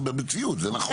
במציאות זה נכון.